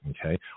okay